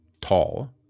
tall